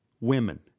Women